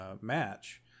match